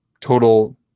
total